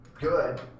good